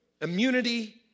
Immunity